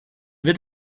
wird